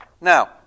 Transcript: Now